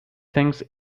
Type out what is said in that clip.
thinks